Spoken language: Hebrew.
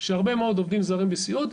שהרבה מאוד עובדים זרים בסיעוד,